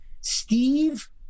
Steve